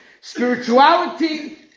spirituality